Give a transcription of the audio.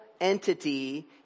entity